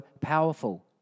powerful